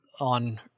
on